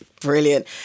Brilliant